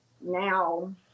now